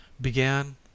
began